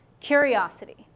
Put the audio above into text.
curiosity